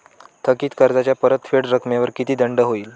थकीत कर्जाच्या परतफेड रकमेवर किती दंड होईल?